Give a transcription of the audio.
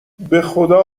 بخدا